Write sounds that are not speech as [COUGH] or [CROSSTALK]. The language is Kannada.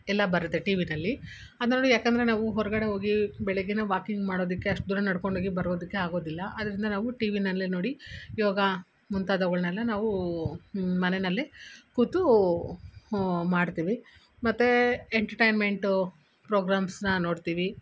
ಎಲ್ಲ ಬರುತ್ತೆ ಟಿ ವಿನಲ್ಲಿ [UNINTELLIGIBLE] ಯಾಕಂದರೆ ನಾವು ಹೊರಗಡೆ ಹೋಗಿ ಬೆಳಗ್ಗೆ ವಾಕಿಂಗ್ ಮಾಡೋದಕ್ಕೆ ಅಷ್ಟು ದೂರ ನಡ್ಕೊಂಡೋಗಿ ಬರೋದಕ್ಕೆ ಆಗೋದಿಲ್ಲ ಅದರಿಂದ ನಾವು ಟಿ ವಿನಲ್ಲೇ ನೋಡಿ ಯೋಗ ಮುಂತಾದವುಗಳ್ನೆಲ್ಲ ನಾವೂ ಮನೇಯಲ್ಲೆ ಕೂತೂ ಮಾಡ್ತೀವಿ ಮತ್ತು ಎಂಟಟೈನ್ಮೆಂಟು ಪ್ರೋಗ್ರಾಮ್ಸ್ನ ನೋಡ್ತೀವಿ